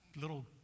little